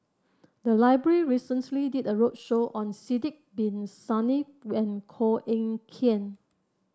the library recently did a roadshow on Sidek Bin Saniff and Koh Eng Kian